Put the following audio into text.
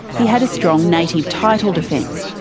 he had a strong native title defence.